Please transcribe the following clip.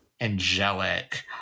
angelic